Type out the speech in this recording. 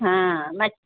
ہاں میں